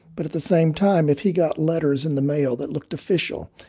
but at the same time, if he got letters in the mail that looked official,